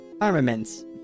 armaments